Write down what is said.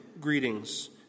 greetings